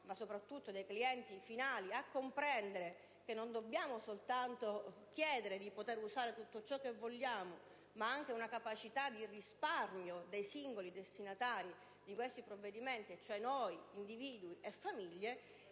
ma soprattutto dei clienti finali, a comprendere che non dobbiamo soltanto chiedere di poter usare tutto ciò che vogliamo, ma che occorre sviluppare una capacità di risparmio dei singoli destinatari di questi provvedimenti, ossia individui e famiglie,